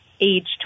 age